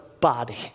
body